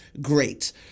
great